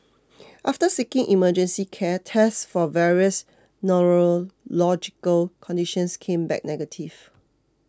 after seeking emergency care tests for various neurological conditions came back negative